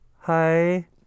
Hi